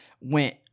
went